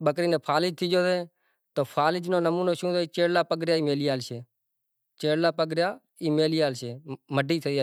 اینا چھیڑے جنگ تھئی راونڑ ان شری رامچندر ری جنگ تھی مطلب پسے آیا تو ایئے خوشی میں دیوالی